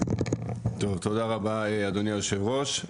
תודה רבה אדוני היושב ראש,